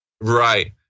Right